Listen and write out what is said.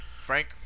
Frank